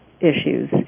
issues